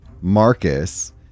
Marcus